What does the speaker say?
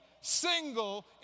single